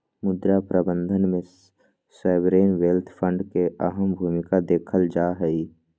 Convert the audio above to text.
मुद्रा प्रबन्धन में सॉवरेन वेल्थ फंड के अहम भूमिका देखल जाहई